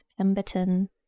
Emberton